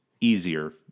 easier